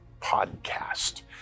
podcast